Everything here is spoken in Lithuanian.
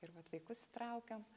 ir vat vaikus įtraukiam